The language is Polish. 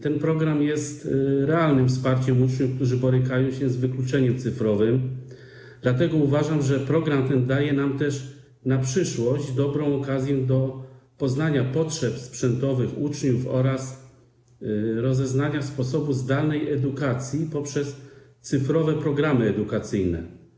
Ten program jest realnym wsparciem uczniów, którzy borykają się z wykluczeniem cyfrowym, dlatego uważam, że program ten daje nam na przyszłość dobrą okazję do poznania potrzeb sprzętowych uczniów oraz rozeznania sposobu zdalnej edukacji poprzez cyfrowe programy edukacyjne.